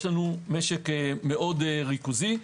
יש לנו משק מאוד ריכוזי,